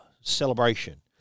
celebration